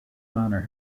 manor